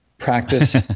practice